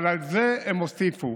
אבל על זה הם הוסיפו